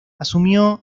asumió